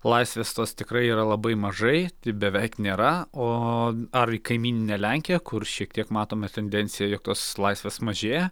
laisvės tos tikrai yra labai mažai tai beveik nėra o ar į kaimyninę lenkiją kur šiek tiek matome tendenciją jog tos laisvės mažėja